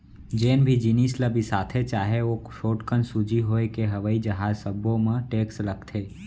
जेन भी जिनिस ल बिसाथे चाहे ओ छोटकन सूजी होए के हवई जहाज सब्बो म टेक्स लागथे